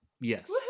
Yes